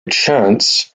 chance